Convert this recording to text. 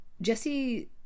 Jesse